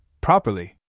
properly